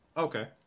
Okay